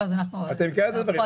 את מכירה את הדברים.